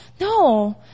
no